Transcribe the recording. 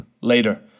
later